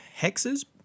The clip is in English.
hexes